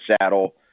saddle